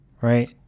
right